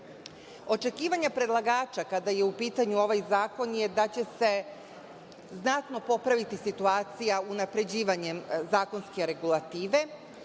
berzi? Očekivanja predlagača kada je u pitanju ovaj zakon je da će se znatno popraviti situacija unapređivanjem zakonske regulative